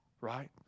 right